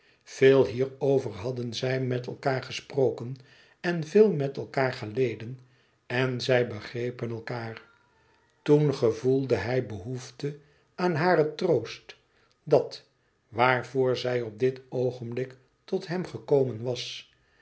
veel hierover hadden zij met elkaâr gesproken en veel met elkaâr geleden en zij begrepen elkaâr toen gevoelde hij behoefte aan haren troost dat waarvoor zij op dit oogenblik tot hem gekomen was